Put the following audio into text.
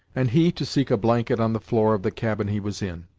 and he to seek a blanket on the floor of the cabin he was in.